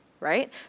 right